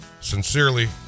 Sincerely